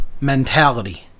mentality